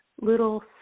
little